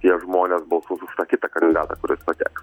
tie žmonės balsuos už tą kitą kandidatą kuris pateks